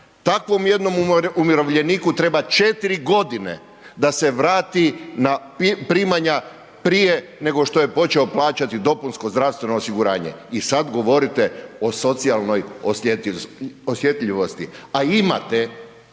Takvom jednom umirovljeniku treba 4 godine da se vrati na primanja prije nego što je počeo plaćati dopunsko zdravstveno osiguranje. I sad govorite o socijalnoj osjetljivosti, a imate,